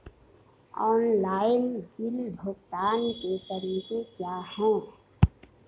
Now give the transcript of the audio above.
Online bill भुगतान के तरीके क्या हैं?